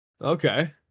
Okay